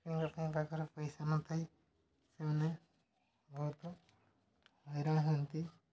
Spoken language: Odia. ଲୋକଙ୍କ ପାଖରେ ପଇସା ନଥାଏ ସେମାନେ ବହୁତ ହଇରାଣ ହୁଅନ୍ତି